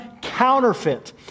counterfeit